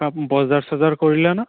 কা বজাৰ চজাৰ কৰিলা ন